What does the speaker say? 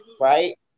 right